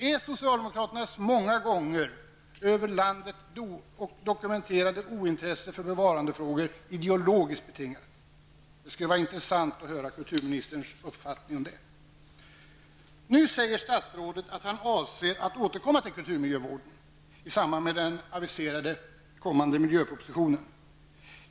Är socialdemokraternas många gånger över hela landet dokumenterade ointresse för bevarandefrågor ideologiskt betingat? Det skulle vara intressant att höra kulturministerns uppfattning om detta. Nu säger statsrådet att han avser att återkomma till kulturmiljövården i samband med den aviserade miljöpropositionen.